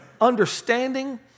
understanding